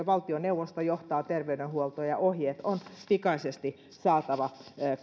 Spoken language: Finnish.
valtioneuvosto johtaa terveydenhuoltoa ja ohjeet on pikaisesti saatava